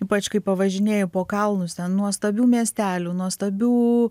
ypač kai pavažinėji po kalnus ten nuostabių miestelių nuostabių